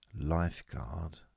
lifeguard